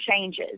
changes